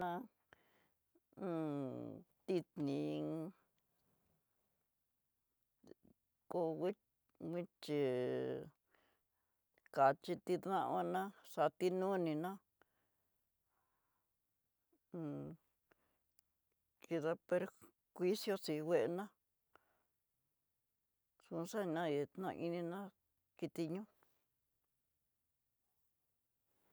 Ná tidnín kó kui kuichí, kaxhí tí danguana xatíi noniná kidá perjuició xí nguená konxanaie ná ininá kitiñó.